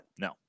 No